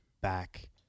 back